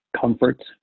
comfort